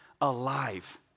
alive